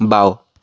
বাওঁ